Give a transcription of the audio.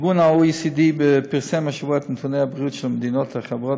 ה-OECD פרסם השבוע את נתוני הבריאות של המדינות החברות